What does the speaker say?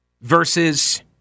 versus